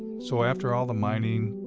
so, after all the mining,